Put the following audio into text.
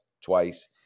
twice